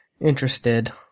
interested